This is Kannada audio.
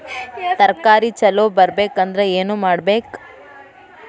ತರಕಾರಿ ಛಲೋ ಬರ್ಬೆಕ್ ಅಂದ್ರ್ ಏನು ಮಾಡ್ಬೇಕ್?